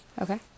Okay